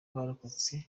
abarokotse